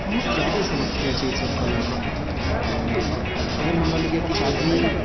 बहुत जादे समस्या छै एहि सबके लऽ कऽ अगर हमरा लगैया किछु आदमी